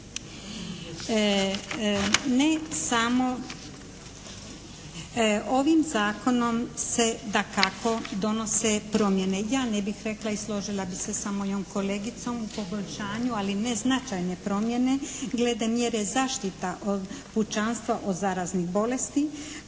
Ne samo ovim zakonom se dakako donose promjene. Ja ne bih rekla i složila bih se sa mojom kolegicom u poboljšanju, ali ne značajne promjene glede mjere zaštite pučanstva od zaraznih bolesti